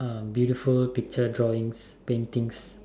beautiful picture drawing paintings